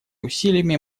усилиями